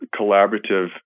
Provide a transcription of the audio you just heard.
collaborative